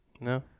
No